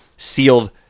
sealed